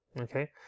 Okay